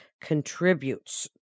contributes